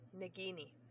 Nagini